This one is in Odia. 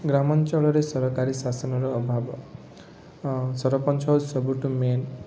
ଗ୍ରାମାଞ୍ଚଳରେ ସରକାରୀ ଶାସନର ଅଭାବ ସରପଞ୍ଚ ସବୁଠୁ ମେନ୍